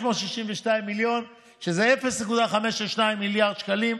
562 מיליון, שזה 0.562 מיליארד שקלים,